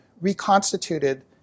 reconstituted